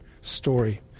story